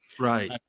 Right